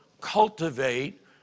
cultivate